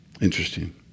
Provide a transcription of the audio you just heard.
Interesting